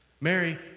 Mary